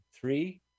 three